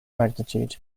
magnitude